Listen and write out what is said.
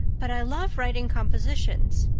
but i love writing compositions.